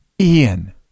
Ian